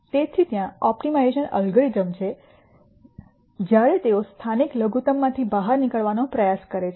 તેથી ત્યાં optimisation algorithms છે જે જ્યારે તેઓ સ્થાનિક લઘુત્તમમાંથી બહાર નીકળવાનો પ્રયાસ કરે છે